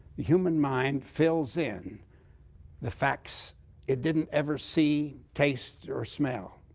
the human mind fills in the facts it didn't ever see, taste, or smell.